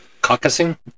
caucusing